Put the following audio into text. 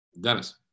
Dennis